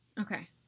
Okay